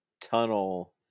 tunnel